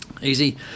Easy